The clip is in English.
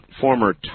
former